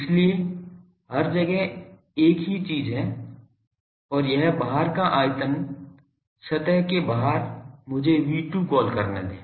इसलिए हर जगह एक ही चीज़ हैऔर यह बाहर का आयतन सतह के बाहर मुझे V2 कॉल करने दें